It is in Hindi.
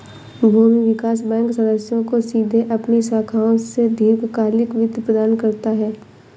भूमि विकास बैंक सदस्यों को सीधे अपनी शाखाओं से दीर्घकालिक वित्त प्रदान करता है